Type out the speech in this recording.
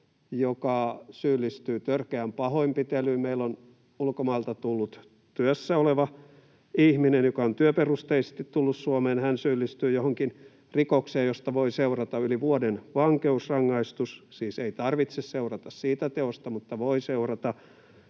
joka syyllistyy törkeään pahoinpitelyyn, tai meillä on ulkomailta tullut työssä oleva ihminen, joka on työperusteisesti tullut Suomeen, ja hän syyllistyy johonkin rikokseen, josta voi seurata yli vuoden vankeusrangaistus — siis ei tarvitse seurata siitä teosta, mutta voi seurata